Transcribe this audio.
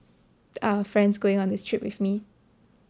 uh friends going on this trip with me